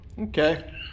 Okay